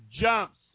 jumps